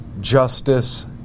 justice